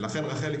ולכן רחלי,